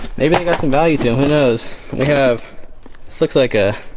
maybe i got some value who knows we have this looks like ah